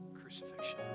crucifixion